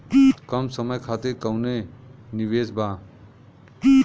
कम समय खातिर कौनो निवेश बा?